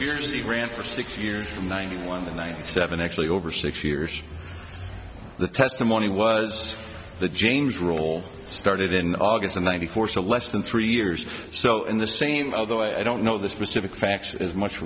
conspiracy ran for six years from ninety one and ninety seven actually over six years the testimony was the james roll started in august of ninety four so less than three years so in the same although i don't know the specific facts as much